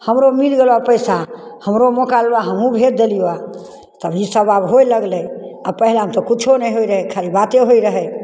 हमरो मिल गेलहो पैसा हमरो मौका देबहो हमहूँ भेज देलियौए तब ईसभ आब होय लगलै आ पहिलामे तऽ किछो नहि रहय खाली बाते होइत रहय